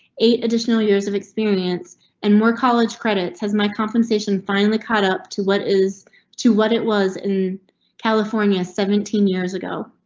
eight additional years of experience and more college credits has my compensation finally caught up to what is to what it was in california seventeen years ago.